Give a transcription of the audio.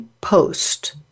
post